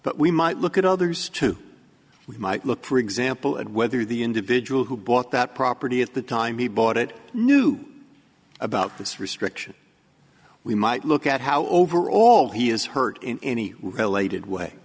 but we might look at others too we might look for example at whether the individual who bought that property at the time he bought it knew about this restriction we might look at how overall he is hurt in any related way